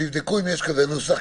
תבדקו אם יש כזה נוסח.